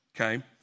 okay